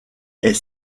est